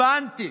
הבנתי.